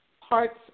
parts